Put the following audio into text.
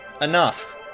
enough